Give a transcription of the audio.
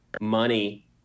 money